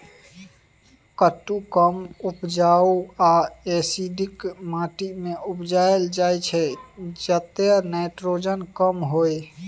कुट्टू कम उपजाऊ आ एसिडिक माटि मे उपजाएल जाइ छै जतय नाइट्रोजन कम होइ